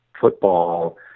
football